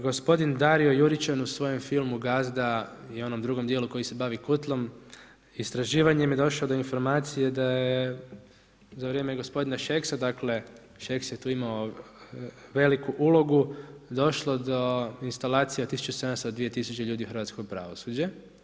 Gospodin Dario Juričan u svojem filmu Gazda i onom drugom djelu koji se bavi Kutlom, istraživanjem je došao do informacije da je za vrijeme gospodina Šeksa, dakle Šeks je tu imao veliku ulogu, došlo do instalacija 1700 do 2000 ljudi u hrvatsko pravosuđe.